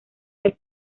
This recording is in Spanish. del